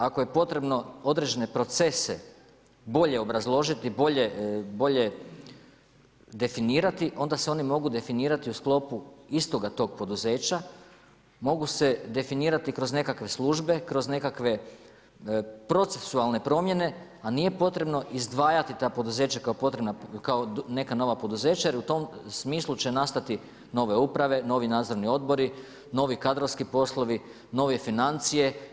Ako je potrebno određene procese bolje obrazložiti, bolje definirati onda se oni mogu definirati u sklopu istoga tog poduzeća, mogu se definirati kroz nekakve službe, kroz nekakve procesualne promjene, a nije potrebno izdvajati ta poduzeća kao neka nova poduzeća jer u tom smislu će nastati nove uprave, novi nadzorni odbori, novi kadrovski poslovi, nove financije.